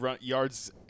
yards